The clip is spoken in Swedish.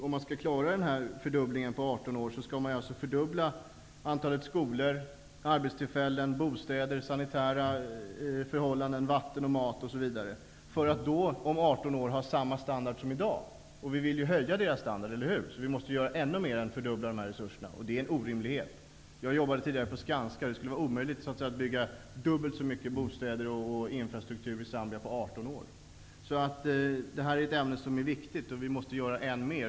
Om man skall klara den här fördubblingen på 18 år skall man alltså fördubbla antalet skolor, arbetstillfällen, bostäder, sanitära förhållanden, vatten, mat osv. för att då, om 18 år, ha samma standard som i dag. Vi vill ju höja deras standard, eller hur? Då måste vi göra ännu mer än att fördubbla dessa resurser. Det är en orimlighet. Jag jobbade tidigare på Skanska. Det skulle vara omöjligt att bygga dubbelt så mycket bostäder och infrastruktur i Zambia på 18 år. Detta är ett ämne som är viktigt. Vi måste göra än mer.